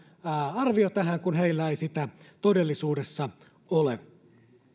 arvio näistä kun heillä ei sitä todellisuudessa ole